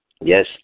Yes